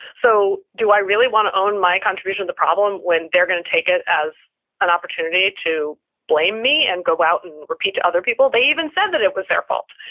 so do i really want to own my contribution to the problem when they're going to take it as an opportunity to blame me and go out and repeat to other people? they even said that it was their fault.